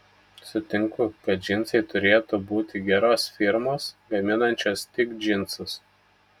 sutinku kad džinsai turėtų būti geros firmos gaminančios tik džinsus